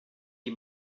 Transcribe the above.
die